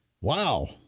wow